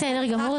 בסדר גמור,